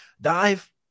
dive